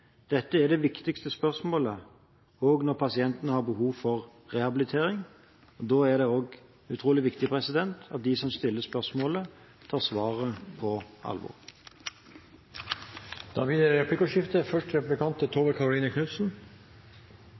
Dette er det viktigste spørsmålet, også når pasienten har behov for rehabilitering. Da er det også utrolig viktig at de som stiller spørsmålet, tar svaret på alvor. Det blir replikkordskifte.